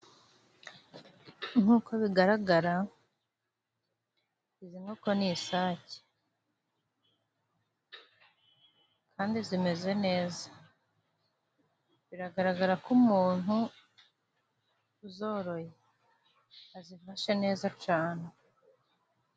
Nk'uko bigaragara, izi nkoko ni isake. Kandi zimeze neza. Biragaragara ko umuntu uzoroye azifashe neza cyane.